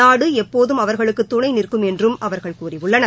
நாடு எப்போதும் அவர்களுக்கு துணை நிற்கும் என்றும் அவர்கள் கூறியுள்ளனர்